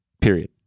period